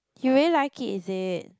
you really like it is it